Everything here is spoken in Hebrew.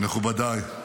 מכובדיי.